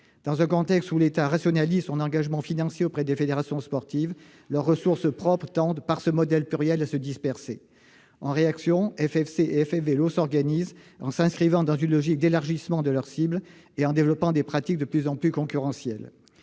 Dans un contexte où l'État rationalise son engagement financier auprès des fédérations sportives, les ressources propres de ces deux organismes tendent ainsi, par ce modèle pluriel, à se disperser. En réaction, FFC et FFVélo s'organisent en s'inscrivant dans une logique d'élargissement de leurs cibles et en développant des pratiques de plus en plus concurrentielles.